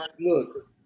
look